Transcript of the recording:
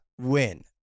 win